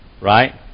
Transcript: Right